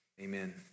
amen